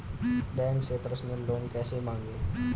Bank से personal loan कैसे मांगें?